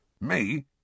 Me